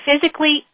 physically